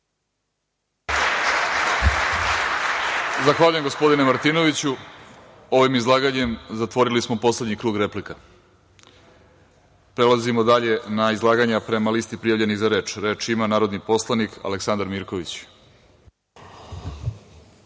Zahvaljujem, gospodine Martinoviću. Ovim izlaganjem zatvorili smo poslednji krug replika. Prelazimo dalje na izlaganja po listi prijavljenih za reč. Reč ima narodni poslanik Aleksandar Mirković.